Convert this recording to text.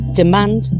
demand